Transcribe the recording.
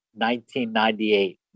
1998